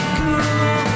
cool